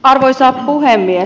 arvoisa puhemies